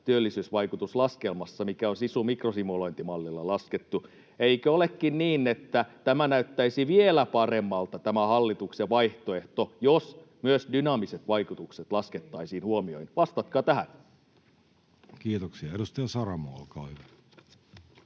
työllisyysvaikutuslaskelmassa, mikä on SISU-mikrosimulointimallilla laskettu? Eikö olekin niin, että tämä hallituksen vaihtoehto näyttäisi vielä paremmalta, jos myös dynaamiset vaikutukset laskettaisiin huomioihin? [Jussi Saramo: Ei!]